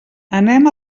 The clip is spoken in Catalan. anem